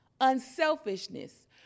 unselfishness